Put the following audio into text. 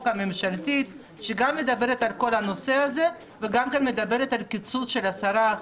הממשלתית שגם מדברת על כל הנושא הזה וגם מדברת על קיצוץ של 10%,